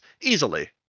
Easily